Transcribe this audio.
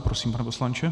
Prosím, pane poslanče.